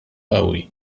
qawwi